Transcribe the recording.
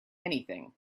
anything